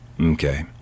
Okay